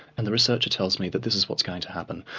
and the researcher tells me that this is what's going to happen.